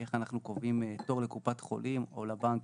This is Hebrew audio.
איך אנחנו קובעים תור לקופת חולים או לבנק